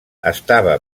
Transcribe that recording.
estava